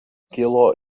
kilo